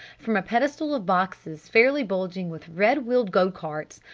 from a pedestal of boxes fairly bulging with red-wheeled go-carts,